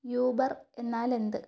Uber എന്നാലെന്ത്